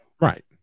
right